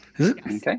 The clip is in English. Okay